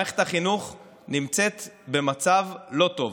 מערכת החינוך נמצאת במצב לא טוב.